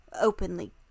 openly